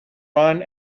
run